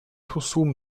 husum